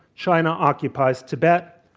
china occupies tibet,